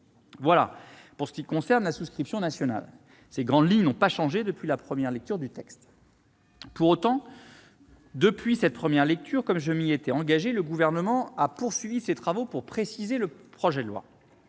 Voilà pour ce qui concerne la souscription nationale, dont les grandes lignes n'ont pas changé depuis l'examen en première lecture du texte. Pour autant, depuis lors, comme je m'y étais engagé, le Gouvernement a poursuivi ses travaux pour préciser le projet de loi.